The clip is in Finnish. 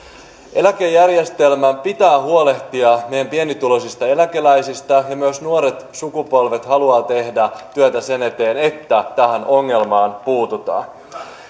eläkejärjestelmän pitää huolehtia meidän pienituloisista eläkeläisistä ja myös nuoret sukupolvet haluavat tehdä työtä sen eteen että tähän ongelmaan puututaan